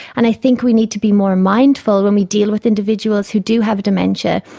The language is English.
and i think we need to be more mindful when we deal with individuals who do have dementia,